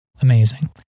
Amazing